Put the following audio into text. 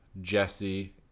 Jesse